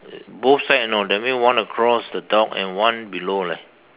both side you know that means one across the dog and one below leh